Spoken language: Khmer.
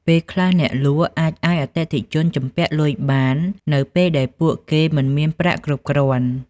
ពេលខ្លះអ្នកលក់អាចឱ្យអតិថិជនជំពាក់លុយបាននៅពេលដែលពួកគេមិនមានប្រាក់គ្រប់គ្រាន់។